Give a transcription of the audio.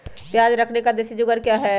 प्याज रखने का देसी जुगाड़ क्या है?